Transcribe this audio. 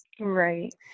Right